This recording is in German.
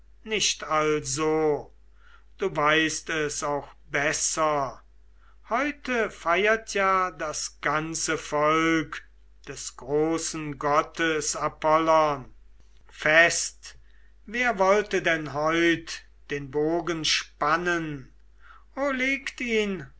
nicht also du weißt es auch besser heute feirt ja das volk des großen gottes apollon fest wer wollte denn heute den bogen spannen o legt ihn